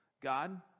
God